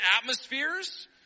atmospheres